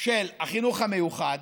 של החינוך המיוחד.